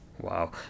Wow